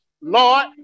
Lord